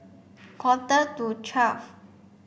quarter to twelve